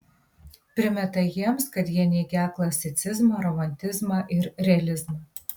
primeta jiems kad jie neigią klasicizmą romantizmą ir realizmą